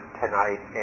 tonight